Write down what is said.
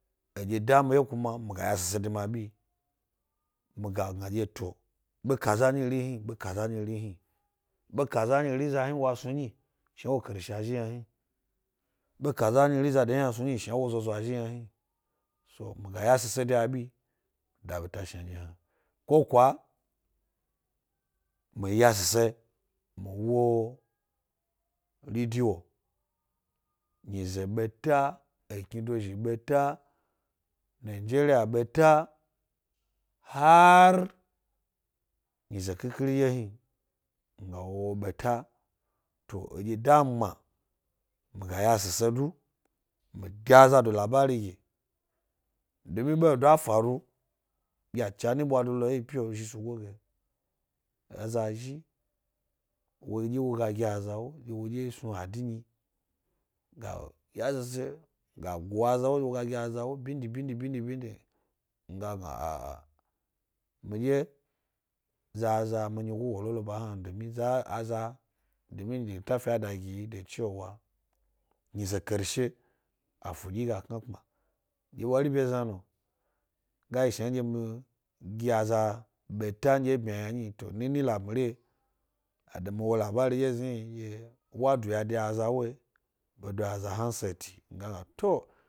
Edye da mi wye kuma miga yashise de ma abi mi ga gna dye to be kaza nyiri hni-be kaza nyiri hni be kaza nyiri za hni was nu nyi, shna wo karshe shi yna hni be kaza nyiri zade hni asnu hni shna wo zoza azhi yna hni to, miga yashise de abi mida beta shnandye hna, ko kwa mi yashise mi wo ridiyo nyize beta ethni docni beta, nigeria beta, hari nyize khikhiri dye wni mi wo wo beta 10 edye da mi gbma miga yashise du mi ka azado labari gi dumi bedo afaru yacha ni mi ɓwa lolo m e yi pyi, eza xhi, wo dye woga gi aza wo dye wodye snu adibi yi ga yahise ga go aza wodye wodye wodye wogagi aza wo du bindi bindi bindi. Mi ga gna a’amidye zaza mi nyigo wo loll oba hnan. domi litafi aa da gi yiba cewa, myize karshe afudyiyiga knakpma, dye wari bye zna no. ga yi shnanndye mi gi aza ɓeta nɗye ebmya yna nyi, to nini lapmile, wato me wo labari ɗye ezhni hnin ɗye wa duya de azaz woyi ɓedo aza hansget mi ga gna to.